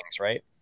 right